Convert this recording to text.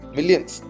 Millions